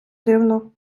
дивно